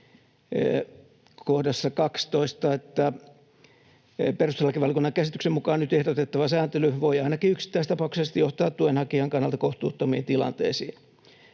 ”Perustuslakivaliokunnan käsityksen mukaan nyt ehdotettava sääntely voi ainakin yksittäistapauksellisesti johtaa tuenhakijan kannalta kohtuuttomiin tilanteisiin.